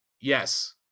yes